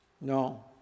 No